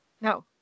no